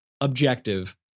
objective